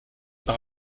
par